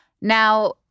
Now